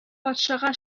патшага